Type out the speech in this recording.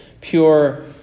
pure